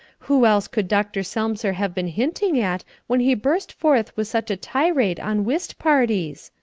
who else could dr. selmser have been hinting at when he burst forth with such a tirade on whist parties?